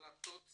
והחלטות